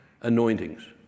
anointings